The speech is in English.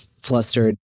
flustered